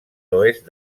oest